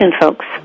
folks